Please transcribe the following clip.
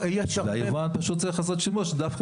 היבואן פשוט צריך לעשות שימוש דווקא